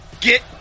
Get